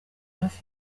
hafi